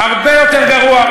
הרבה יותר גרוע.